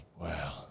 Wow